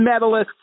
medalists